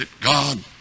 God